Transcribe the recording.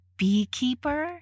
beekeeper